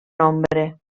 nombre